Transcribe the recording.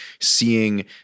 seeing